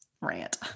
rant